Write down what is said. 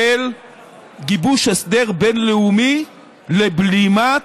של גיבוש הסדר בין-לאומי לבלימת